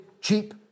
cheap